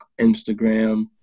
Instagram